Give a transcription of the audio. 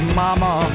mama